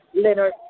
Leonard